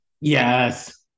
Yes